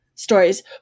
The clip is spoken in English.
stories